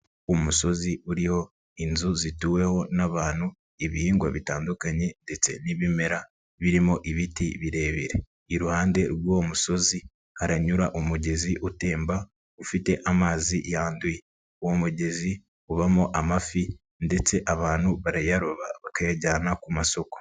Umusozi uriho inzu zituweho n'abantu, ibihingwa bitandukanye ndetse n'ibimera birimo ibiti birebire, iruhande rw'uwo musozi haranyura umugezi utemba ufite amazi yanduye, uwo mugezi ubamo amafi ndetse abantu barayaroba bakayajyana ku masoko.